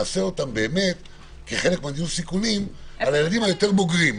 נעשה אותן כחלק מניהול הסיכונים לילדים יותר בוגרים.